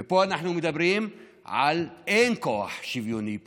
ופה אנחנו מדברים על, אין כוח שוויוני פה,